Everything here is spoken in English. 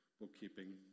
bookkeeping